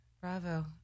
Bravo